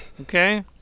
okay